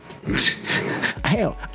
Hell